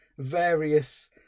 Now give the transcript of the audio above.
various